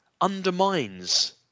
undermines